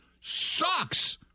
sucks